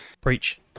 preach